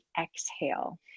exhale